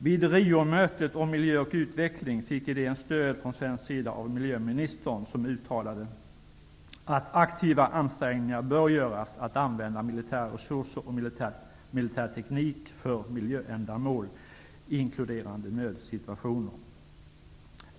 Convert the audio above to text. Vid Riomötet om miljö och utveckling fick idén stöd från svensk sida av miljöministern, som uttalade att aktiva ansträngningar bör göras att använda militära resurser och militär teknik för miljöändamål, inkluderande nödsituationer.